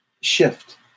shift